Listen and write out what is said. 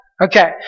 okay